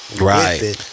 right